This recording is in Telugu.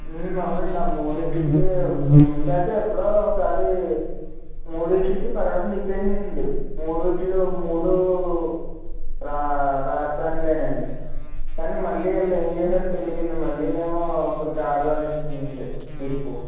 అవునండి ఆ మూడింటికి ముందు అయితే ఎప్పుడో ఒకసారి మూడింటికి పర్మిషన్ ఇచ్చేసింది అండి మూడింటిలో మూడు రా రాజధానులు అని కానీ మళ్ళీ వీళ్ళు ఏమి చేసారో తెలియదండి మళ్ళీ మేము ఇప్పుడు కాదు అని ఇచ్చిందండి తీర్పు